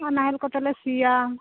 ᱟᱨ ᱱᱟᱦᱮᱞ ᱠᱚᱛᱮ ᱞᱮ ᱥᱤᱭᱟ